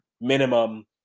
minimum